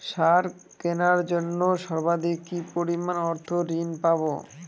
সার কেনার জন্য সর্বাধিক কি পরিমাণ অর্থ ঋণ পাব?